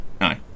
aye